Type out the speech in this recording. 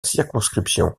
circonscription